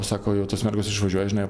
sako jau tos mergos išvažiuoja žinai